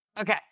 Okay